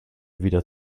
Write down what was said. wieder